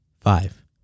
Five